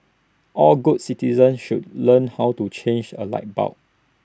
all good citizens should learn how to change A light bulb